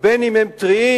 בין אם הם טריים,